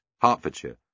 Hertfordshire